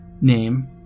name